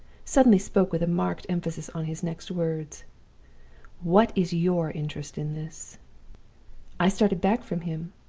suddenly spoke with a marked emphasis on his next words what is your interest in this i started back from him.